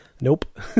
nope